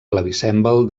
clavicèmbal